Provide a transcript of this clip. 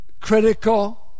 critical